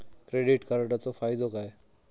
Credit कार्डाचो फायदो काय?